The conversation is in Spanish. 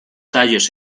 tallos